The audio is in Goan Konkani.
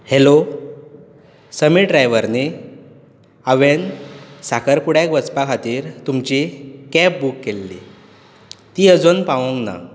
हेलो समीर ड्रायव्हर न्ही हांवेन साखरपुड्याक वचपा खातीर तुमची कॅब बूक केल्ली ता अजून पावूंक ना